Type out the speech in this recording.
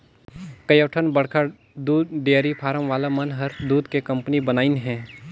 कयोठन बड़खा दूद डेयरी फारम वाला मन हर दूद के कंपनी बनाईंन हें